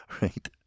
Right